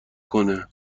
کنه